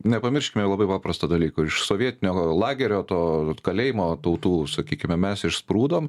nepamirškime labai paprasto dalyko iš sovietinio lagerio to kalėjimo tautų sakykime mes išsprūdom